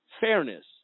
fairness